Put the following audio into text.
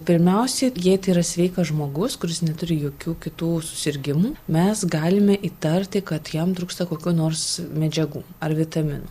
pirmiausia jei tai yra sveikas žmogus kuris neturi jokių kitų susirgimų mes galime įtarti kad jam trūksta kokių nors medžiagų ar vitaminų